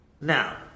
Now